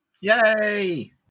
Yay